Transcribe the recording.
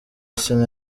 sena